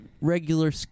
regular